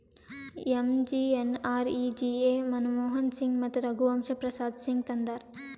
MGNREGA Manmohan Singh ಮತ್ತ ರಘುವಂಶ ಪ್ರಸಾದ್ ಸಿಂಗ್ ತಂದಾರ್